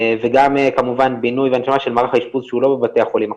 וגם כמובן בינוי והנשמה של מערך האשפוז שהוא לא בבתי החולים הכלליים.